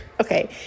okay